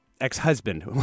ex-husband